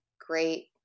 great